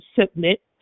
submit